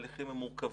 התהליכים הם מורכבים,